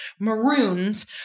maroons